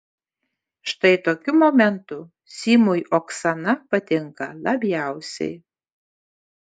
štai tokiu momentu simui oksana patinka labiausiai